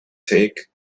take